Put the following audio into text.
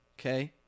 Okay